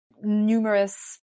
Numerous